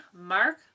Mark